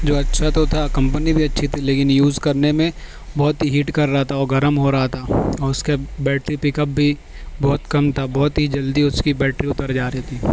جو اچھا تو تھا کمپنی بھی اچھی تھی لیکن یوز کرنے میں بہت ہیٹ کر رہا تھا وہ گرم ہو رہا تھا اور اس کے بیٹری پک اپ بھی بہت کم تھا بہت ہی جلدی اس کی بیٹری اتر جا رہی تھی